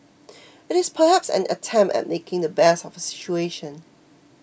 it is perhaps an attempt at making the best of a situation